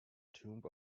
tomb